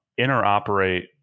interoperate